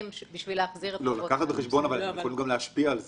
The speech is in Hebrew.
בשביל להחזיר -- אתם יכולים גם להשפיע על זה.